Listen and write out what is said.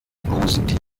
positiv